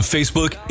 Facebook